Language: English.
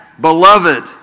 beloved